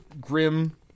grim